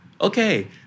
Okay